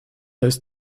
ist